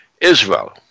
Israel